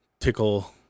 tickle